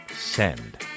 Send